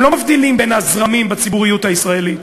הם לא מבדילים בין הזרמים בציבוריות הישראלית